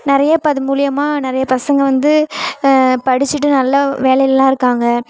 நிறைய இப்போ அது மூலிமா நிறைய பசங்கள் வந்து படிச்சுட்டு நல்ல வேலையிலல்லாம் இருக்காங்க